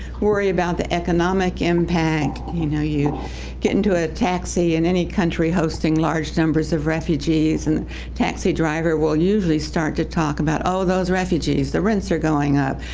worry about the economic impact you know, you get into a taxi in any country hosting large numbers of refugees, and the taxi driver will usually start to talk about all those refugees the rents are going up,